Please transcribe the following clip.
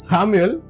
Samuel